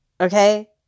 okay